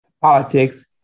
politics